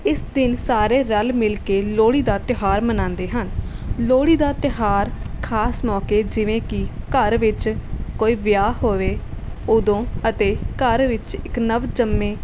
ਇਸ ਦਿਨ ਸਾਰੇ ਰਲ਼ ਮਿਲ਼ ਕੇ ਲੋਹੜੀ ਦਾ ਤਿਉਹਾਰ ਮਨਾਉਂਦੇ ਹਨ ਲੋਹੜੀ ਦਾ ਤਿਉਹਾਰ ਖਾਸ ਮੌਕੇ ਜਿਵੇਂ ਕਿ ਘਰ ਵਿੱਚ ਕੋਈ ਵਿਆਹ ਹੋਵੇ ਉਦੋਂ ਅਤੇ ਘਰ ਵਿੱਚ ਇੱਕ ਨਵਜੰਮੇ